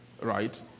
right